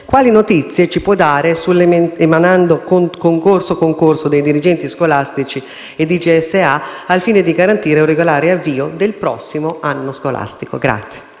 quali notizie ci può dare sull'emanando corso-concorso dei dirigenti scolastici e dei DSGA al fine di garantire un regolare avvio del prossimo anno scolastico.